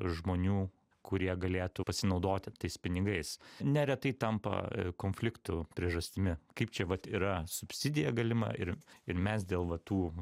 žmonių kurie galėtų pasinaudoti tais pinigais neretai tampa i konfliktų priežastimi kaip čia vat yra subsidija galima ir ir mes dėl va tų